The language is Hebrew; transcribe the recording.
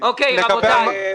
רשות המים,